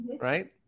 Right